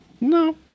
No